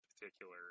particular